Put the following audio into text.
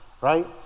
right